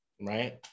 right